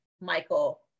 Michael